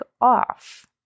off